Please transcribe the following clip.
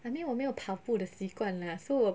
I mean 我没有跑步的习惯 lah so 我